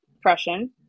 Prussian